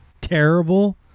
terrible